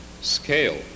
scale